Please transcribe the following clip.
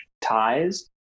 ties